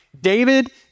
David